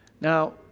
Now